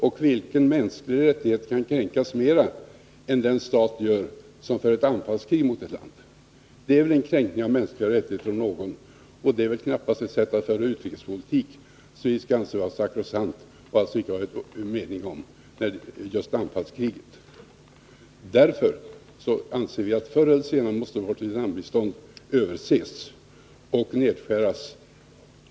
Och när kan mänskliga rättigheter kränkas mera än när en stat för ett anfallskrig mot ett annat land? Det är väl om något en kränkning av mänskliga rättigheter, och det är knappast ett sätt att föra utrikespolitik, vilken vi skall anse vara sakrosankt och inte ha någon mening om. Vi anser att vårt lands Vietnambistånd förr eller senare måste överses och nedskäras.